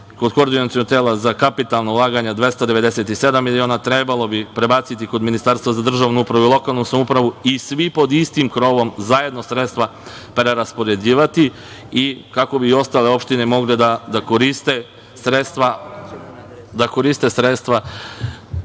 kod Koordinacionog tela za kapitalna ulaganja, 297 miliona, treba prebaciti kod Ministarstva za državnu upravu i lokalnu samoupravu i svi pod istim krovom zajedno sredstva preraspoređivati kako bi ostale opštine mogle da koriste sredstva